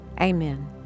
amen